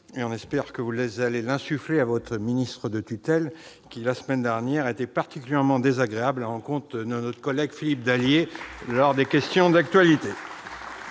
On espère ici que vous l'insufflerez à votre ministre de tutelle qui, la semaine dernière, a été particulièrement désagréable à l'encontre de notre collègue Philippe Dallier lors des questions d'actualité